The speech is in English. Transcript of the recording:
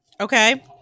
Okay